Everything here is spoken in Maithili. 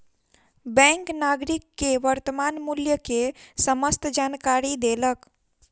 बैंक नागरिक के वर्त्तमान मूल्य के समस्त जानकारी देलक